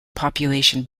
population